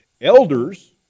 Elders